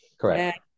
Correct